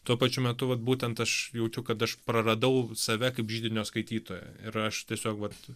tuo pačiu metu vat būtent aš jaučiu kad aš praradau save kaip židinio skaitytoją ir aš tiesiog vat